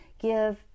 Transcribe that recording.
give